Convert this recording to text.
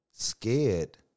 scared